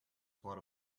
part